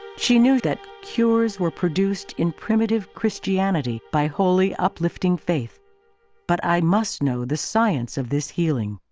she knew that cures were produced in primitive christianity by holy, uplifting faith but i must know the science of this healing.